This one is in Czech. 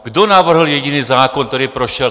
Kdo navrhl jediný zákon, který prošel?